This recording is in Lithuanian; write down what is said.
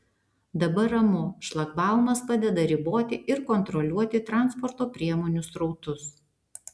dabar ramu šlagbaumas padeda riboti ir kontroliuoti transporto priemonių srautus